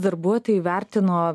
darbuotojai vertino